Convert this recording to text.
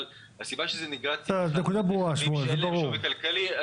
הסיבה שהרכב נגרט היא כי אין לו שום שווי כלכלי.